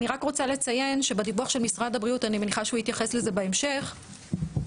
אני רוצה רק לציין שבדיווח של משרד הבריאות נאמר שהתשלום